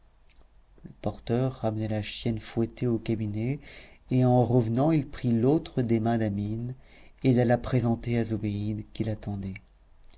le porteur ramena la chienne fouettée au cabinet et en revenant il prit l'autre des mains d'amine et l'alla présenter